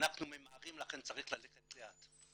אנחנו ממהרים צריך ללכת לאט.